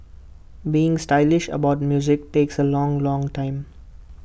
being stylish about music takes A long long time